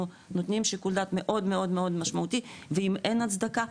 אנחנו נותנים שיקול דעת מאוד מאוד משמעותי ואם אין הצדקה,